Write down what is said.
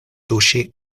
tuŝi